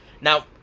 Now